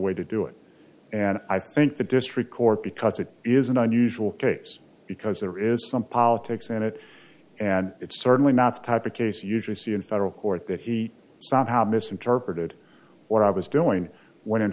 way to do it and i think the district court because it is an unusual case because there is some politics in it and it's certainly not the type of case usually see in federal court that he somehow misinterpreted what i was doing when in